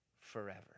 forever